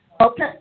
Okay